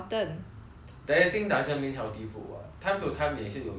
dieting doesn't mean healthy food [what] time to time 也是吃一些